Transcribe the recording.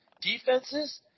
defenses